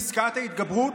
פסקת ההתגברות,